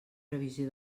previsió